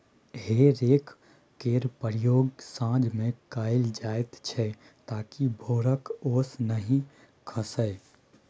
हे रैक केर प्रयोग साँझ मे कएल जाइत छै ताकि भोरक ओस नहि खसय